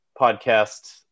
podcast